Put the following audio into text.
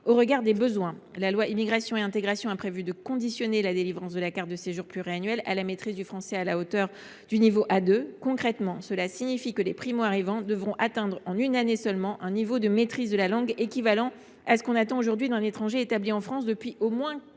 au regard des besoins. La loi Immigration et Intégration a prévu de conditionner la délivrance de la carte de séjour pluriannuelle à une maîtrise du français de niveau A2. Concrètement, cela signifie que les primo arrivants devront atteindre, en une année seulement, un niveau de maîtrise de la langue équivalent à ce que l’on attend aujourd’hui d’un étranger établi en France depuis au moins